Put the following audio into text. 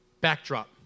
backdrop